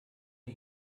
die